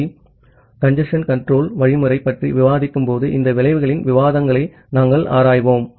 B congestion control வழிமுறை பற்றி விவாதிக்கும்போது இந்த விளைவுகளின் விவரங்களை நாம் ஆராய்வோம்